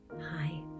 Hi